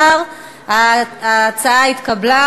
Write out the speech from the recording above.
התוצאות: בעד, 18. ההצעה התקבלה,